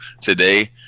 today